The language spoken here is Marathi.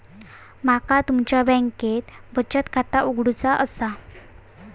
माका तुमच्या बँकेत बचत खाता उघडूचा असा?